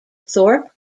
thorpe